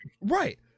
Right